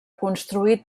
construir